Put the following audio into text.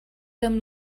them